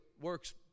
works